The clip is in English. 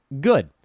good